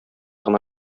гына